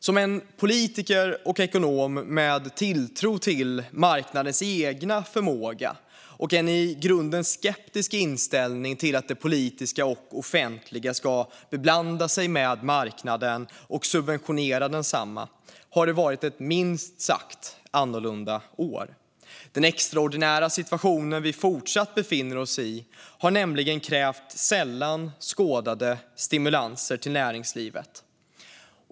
För en politiker och ekonom med tilltro till marknadens egen förmåga och en i grunden skeptisk inställning till att det politiska och offentliga ska beblanda sig med marknaden och subventionera densamma har det varit ett minst sagt annorlunda år. Den extraordinära situationen vi fortsatt befinner oss i har nämligen krävt sällan skådade stimulanser till näringslivet.